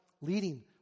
leading